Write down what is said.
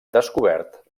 descobert